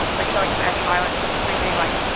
like, showing him any violence, just screaming, like,